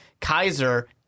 Kaiser